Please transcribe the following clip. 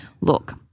look